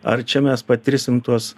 ar čia mes patirsim tuos